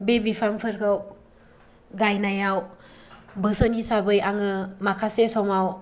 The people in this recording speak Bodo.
बे बिफांफोरखौ गायनायाव बोसोन हिसाबै आंङो माखासे समाव